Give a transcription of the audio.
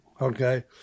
okay